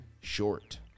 short